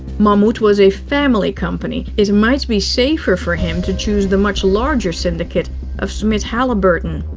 mammoet was a family company, it might be safer for him to choose the much larger syndicate of smit-halliburton.